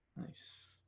Nice